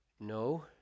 No